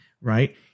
right